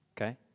okay